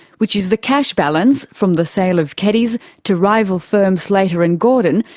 which is the cash balance from the sale of keddies to rival firm, slater and gordon,